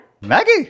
Maggie